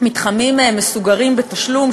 מתחמים מסוגרים בתשלום,